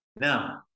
now